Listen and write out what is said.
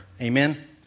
Amen